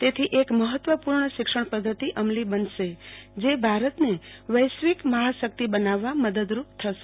તેથી એક મહત્ત્વપૂર્ણ શિક્ષણ પદ્ધતિ અમલી બનશે જે ભારતને વૈશ્વિક મહાશક્તિ બનાવવા મદદરૂપ થશે